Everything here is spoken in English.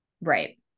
Right